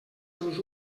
seus